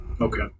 Okay